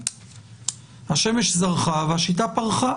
השמש זרחה והשיטה פרחה